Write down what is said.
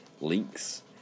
links